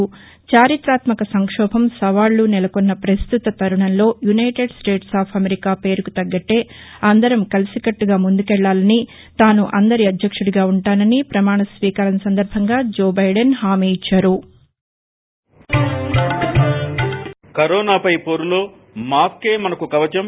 చరిత్రాత్మక సంక్షోభం సవాళ్లు నెలకొన్న పస్తుత తరుణంలో యునైటెడ్ స్టేట్స్ ఆఫ్ అమెరికా పేరుకు తగ్గట్టే అందరం కలిసికట్టగా ముందుకెళ్లాలని తాను అందరి అధ్యక్షుడిగా ఉంటానని ప్రమాణ స్వీకరాం సందర్బంగా జో బైదెన్ హామీ ఇచ్చారు